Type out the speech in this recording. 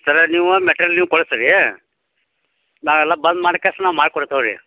ಸರ ನೀವು ಮೆಟಲ್ ನೀವು ಕಳ್ಸಿ ರೀ ನಾವೆಲ್ಲ ಬಂದ್ ಮಾಡಿಕ್ಯಾಸ್ ನಾವು ಮಾಡಿ ಕೊಡ್ತೇವೆ ರೀ